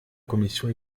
commission